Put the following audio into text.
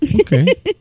okay